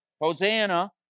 Hosanna